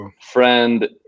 friend